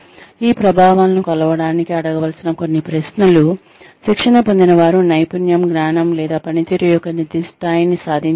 ఈ ప్రభావాలను కొలవడానికి అడగవలసిన కొన్ని ప్రశ్నలు శిక్షణ పొందినవారు నైపుణ్యం జ్ఞానం లేదా పనితీరు యొక్క నిర్దిష్ట స్థాయిని సాధించారా